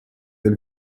del